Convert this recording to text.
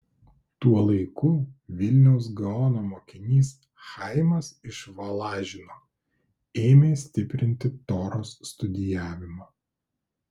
tuo laiku vilniaus gaono mokinys chaimas iš valažino ėmė stiprinti toros studijavimą